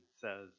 says